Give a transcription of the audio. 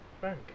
bank